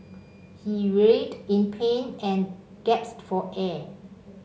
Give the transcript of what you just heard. he writhed in pain and gasped for air